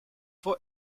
for